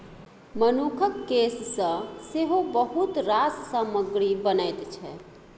मनुखक केस सँ सेहो बहुत रास सामग्री बनैत छै